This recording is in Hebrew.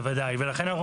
ולכן,